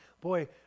boy